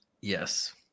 Yes